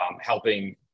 helping